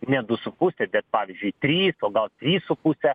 ne du su puse bet pavyzdžiui trys o gal trys su puse